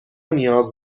نیاز